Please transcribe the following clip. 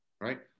Right